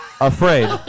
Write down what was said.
afraid